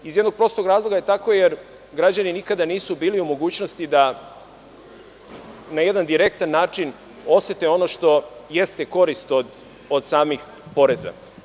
To je tako, jer građani nikad nisu bili u mogućnosti da na jedan direktan način osete ono što jeste korist od samih poreza.